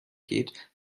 geht